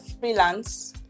freelance